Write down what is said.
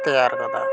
ᱛᱮᱭᱟᱨ ᱠᱟᱫᱟᱭ